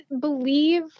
believe